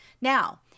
Now